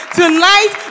tonight